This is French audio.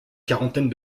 quarantaine